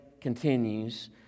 continues